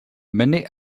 many